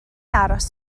aros